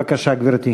בבקשה, גברתי.